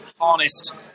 harnessed